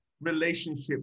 relationship